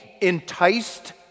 enticed